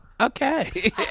Okay